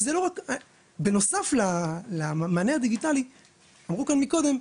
בנוסף למענה הדיגיטלי אמרו כאן מקודם,